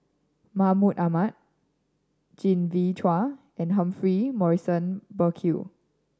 Mahmud Ahmad Genevieve Chua and Humphrey Morrison Burkill